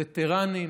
וטרנים,